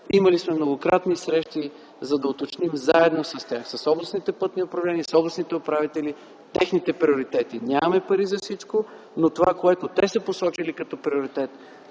Имали сме многократни срещи, за да уточним заедно с тях, с областните пътни управления, с областните управители техните приоритети. Нямаме пари за всичко, но това, което те са посочили и като приоритет,